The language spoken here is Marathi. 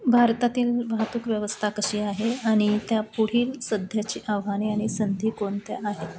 भारतातील वाहतूक व्यवस्था कशी आहे आणि त्या पुढील सध्याची आव्हाने आणि संधी कोणत्या आहेत